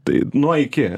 tai nuo iki